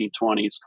1920s